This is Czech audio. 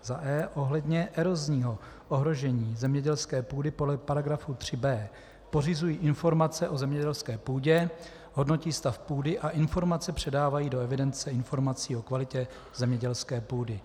e) ohledně erozního ohrožení zemědělské půdy podle § 3b pořizují informace o zemědělské půdě, hodnotí stav půdy a informace předávají do evidenci informací o kvalitě zemědělské půdy,